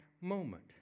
moment